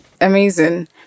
Amazing